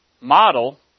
model